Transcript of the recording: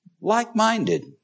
like-minded